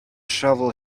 shovel